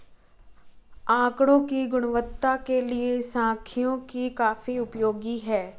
आकड़ों की गुणवत्ता के लिए सांख्यिकी काफी उपयोगी है